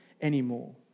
Anymore